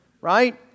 Right